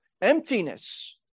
emptiness